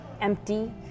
empty